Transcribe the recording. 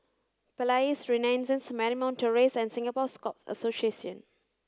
Palais Renaissance Marymount Terrace and Singapore Scout Association